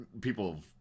people